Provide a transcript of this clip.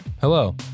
Hello